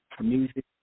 Music